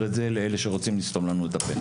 את זה לאלה שרוצים לסתום לנו את הפה,